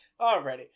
Alrighty